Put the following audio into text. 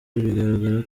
bigaragara